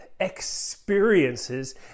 experiences